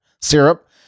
syrup